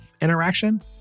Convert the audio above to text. interaction